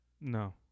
No